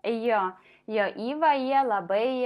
jo jo ivą jie labai